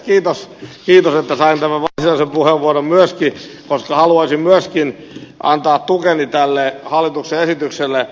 kiitos että sain tämän varsinaisen puheenvuoron myöskin koska haluaisin myöskin antaa tukeni tälle hallituksen esitykselle veronumerosta ja rakennusalan veronumerorekisteristä